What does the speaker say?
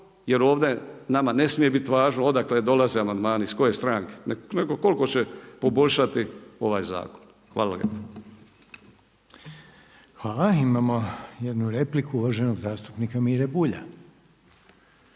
jer ovdje nama ne smije biti važno odakle dolaze amandmani iz koje stranke, nego koliko će poboljšati ovaj zakon. Hvala lijepo. **Reiner, Željko (HDZ)** Hvala. Imamo jednu repliku uvaženog zastupnika Mire Bulja.